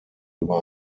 über